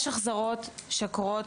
יש החזרות שקורות